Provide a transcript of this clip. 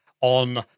on